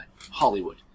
Hollywood